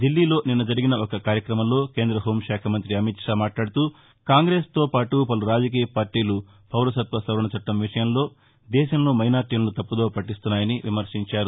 దిల్లీలో నిన్న జరిగిన ఒక కార్యక్రమంలో కేంద్ర హోంశాఖ మంత్రి అమిత్షా మాట్లాడుతూ కాంగ్రెస్తో పాటు పలు రాజకీయ పార్టీలు పౌరసత్వ సవరణ చట్టం విషయంలో దేశంలో మైనార్టీలను తప్పుదోవ పట్టిస్తున్నాయని విమర్చించారు